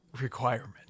requirement